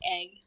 egg